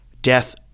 death